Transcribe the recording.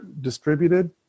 distributed